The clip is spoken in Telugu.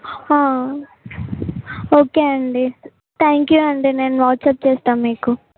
ఓకే అండి థ్యాంక్ యు అండి నేను వాట్సప్ చేస్తా మీకు